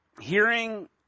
hearing